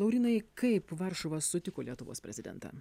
laurynai kaip varšuva sutiko lietuvos prezidentą